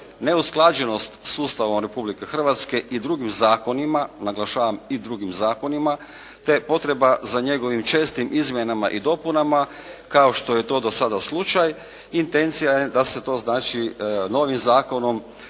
neusklađenost sustava Republike Hrvatske i drugim zakonima, naglašavam i drugim zakonima te potreba za njegovim čestim izmjenama i dopunama kao što je to do sada slučaj, intencija je da se to znači novim zakonom